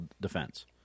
defense